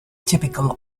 typical